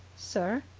sir?